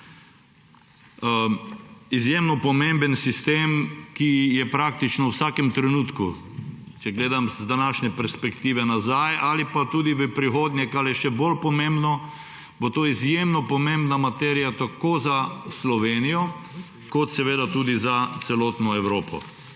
Izjemno pomemben sistem, ki je praktično v vsakem trenutku, če gledam z današnje perspektive nazaj ali pa tudi v prihodnje, kar je še bolj pomembno, izjemno pomembna materija tako za Slovenijo kot tudi za celotno Evropo.